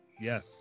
Yes